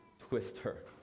twister